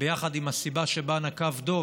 יחד עם הסיבה שנקב בה דב,